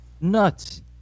Nuts